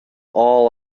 all